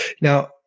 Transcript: Now